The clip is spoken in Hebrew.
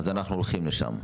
אז אנחנו הולכים לשם.